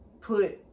put